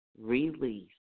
release